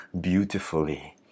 beautifully